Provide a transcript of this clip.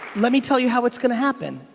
let me tell you how it's gonna happen.